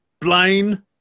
Blaine